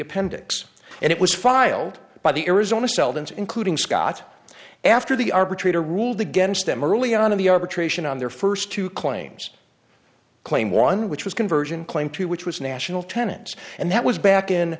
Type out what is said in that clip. appendix and it was filed by the arizona seldon's including scott after the arbitrator ruled against them early on in the arbitration on their first two claims claim one which was conversion claim to which was national tenants and that was back